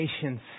patience